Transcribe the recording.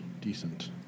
decent